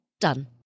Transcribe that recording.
Done